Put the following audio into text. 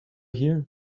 here